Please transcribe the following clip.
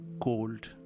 cold